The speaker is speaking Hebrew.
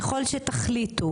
ככל שתחליטו